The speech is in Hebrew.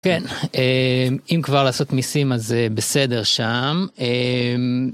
כן, אם כבר לעשות ניסים אז בסדר שם.